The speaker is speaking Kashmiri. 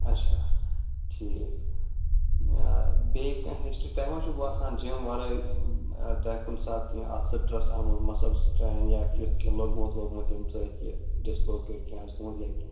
اَچھا ٹھیٖک بیٚیہِ کانٛہہ ہِسٹرٛی تۄہہِ ما چھُو باسان جِم وَرٲے تۄہہِ کُنہِ ساتہٕ کیٚنٛہہ اَتھ سِٹرس آمُت مَثلاً سِٹرین یا تٮُ۪تھ کیٚنٛہہ لوٚگمُت ووٚگمُت ییٚمہِ سٍتۍ یہِ ڈِسلوکیٹ آسہِ گوٚومُت یا کیٚنٛہہ